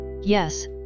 Yes